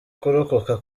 kurokoka